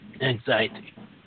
anxiety